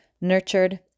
nurtured